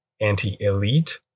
anti-elite